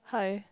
hi